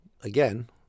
again